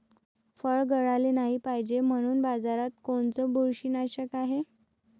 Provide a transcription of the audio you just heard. फळं गळाले नाही पायजे म्हनून बाजारात कोनचं बुरशीनाशक हाय?